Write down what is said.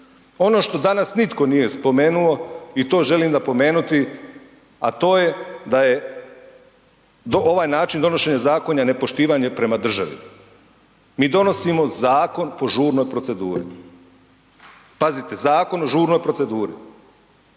Ono što danas nitko nije spomenuo i to želim napomenuti, a to je da je do, ovaj način donošenja zakona nepoštivanje prema državi. Mi donosimo zakon po žurnoj proceduri, pazite zakon o žurnoj proceduri.